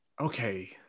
Okay